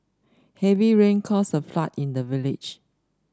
heavy rain caused a flood in the village